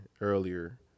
earlier